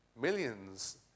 millions